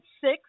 six